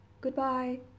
Goodbye